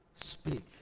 speak